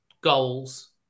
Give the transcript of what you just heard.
goals